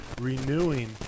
renewing